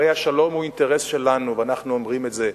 הרי השלום הוא אינטרס שלנו, ואנחנו אומרים את זה,